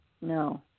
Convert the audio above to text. No